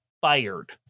fired